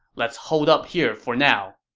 let's hold up here for now.